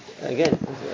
again